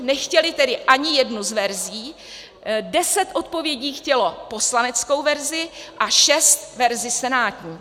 Nechtěli tedy ani jednu z verzí, 10 odpovědí chtělo poslaneckou verzi a 6 verzi senátní.